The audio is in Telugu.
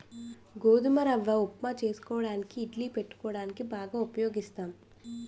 గోధుమ రవ్వ ఉప్మా చేసుకోవడానికి ఇడ్లీ పెట్టుకోవడానికి బాగా ఉపయోగిస్తాం